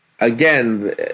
Again